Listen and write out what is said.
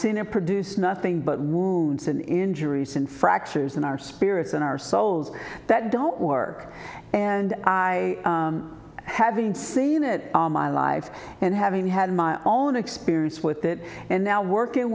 seen it produced nothing but wounds and injuries and fractures in our spirits and our souls that don't work and i haven't seen it all my life and having had my own experience with it and now working